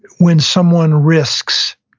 when someone risks